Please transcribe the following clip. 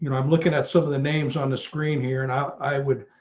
you know i'm looking at some of the names on the screen here, and i would,